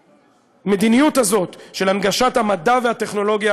המדיניות הזאת של הנגשת המדע והטכנולוגיה,